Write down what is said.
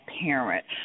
parent